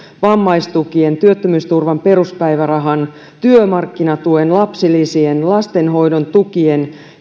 vammaistukien työttömyysturvan peruspäivärahan työmarkkinatuen lapsilisien lastenhoidon tukien